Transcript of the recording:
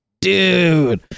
dude